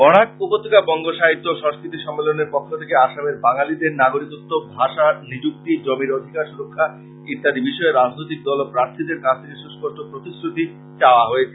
বরাক উপত্যাকা বঙ্গ সাহিত্য ও সংস্কৃতি সম্মেলনের পক্ষ থেকে আসামের বাঙালিদের নাগরিকত্ব ভাষা নিযুক্তি জমির অধিকার সুরক্ষা ইত্যাদি বিষয়ে রাজনৈতিক দল ও প্রার্থীদের কাছ থেকে সুস্পষ্ট প্রতিশ্রুতি চাওয়া হয়েছে